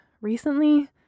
recently